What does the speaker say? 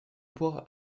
poire